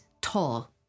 tall